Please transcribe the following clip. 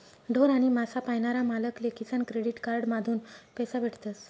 ढोर आणि मासा पायनारा मालक ले किसान क्रेडिट कार्ड माधून पैसा भेटतस